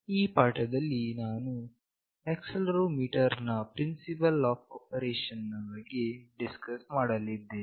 ಈ ಪಾಠದಲ್ಲಿ ನಾನು ಆಕ್ಸೆಲೆರೋಮೀಟರ್ ನ ಪ್ರಿನ್ಸಿಪಲ್ ಆಫ್ ಆಪರೇಷನ್ ನ ಬಗ್ಗೆ ಡಿಸ್ಕಸ್ ಮಾಡಲಿದ್ದೇನೆ